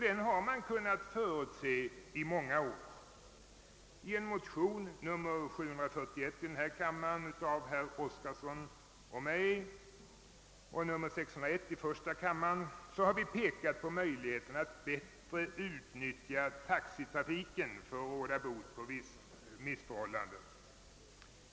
Den har man kunnat förutse i många år. I motionsparet I: 601 av herr Åkerlund och II: 741 av herr Oskarson och mig har vi pekat på möjligheterna att bättre utnyttja taxitrafiken för att råda bot på missförhållandena.